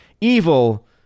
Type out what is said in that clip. evil